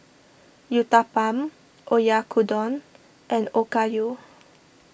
Uthapam Oyakodon and Okayu